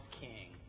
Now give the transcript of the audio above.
King